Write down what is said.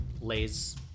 lays